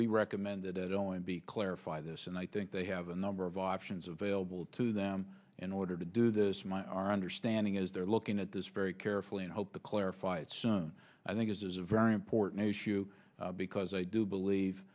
we recommended at o m b clarify this and i think they have a number of options vailable to them in order to do this my our understanding is they're looking at this very carefully and hope to clarify it sun i think is a very important issue because i do believe